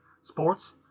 sports